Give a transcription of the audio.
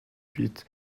huit